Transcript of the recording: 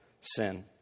sin